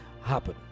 happen